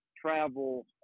travel